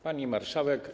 Pani Marszałek!